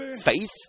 faith